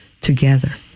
together